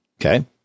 Okay